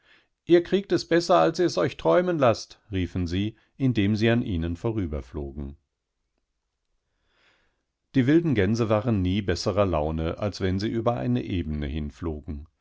ihr kriegt es besser als ihr's euch träumen laßt riefen sie indemsieanihnenvorüberflogen die wilden gänse waren nie besserer laune als wenn sie über eine ebene hinflogen